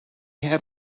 had